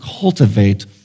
cultivate